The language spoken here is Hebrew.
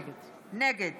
נגד